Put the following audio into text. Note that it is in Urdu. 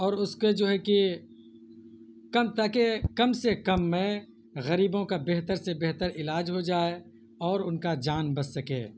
اور اس کے جو ہے کہ کم تاکہ کم سے کم میں غریبوں کا بہتر سے بہتر علاج ہو جائے اور ان کا جان بچ سکے